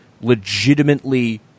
legitimately